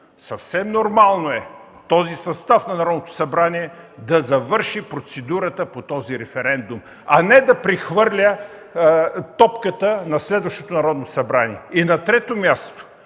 Съвсем нормално е този състав на Народното събрание да завърши процедурата по този референдум, а не да прехвърля топката на следващото Народно събрание. На трето място,